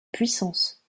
puissance